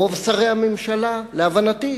רוב שרי הממשלה, להבנתי,